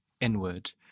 inward